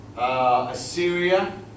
Assyria